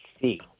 see